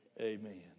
Amen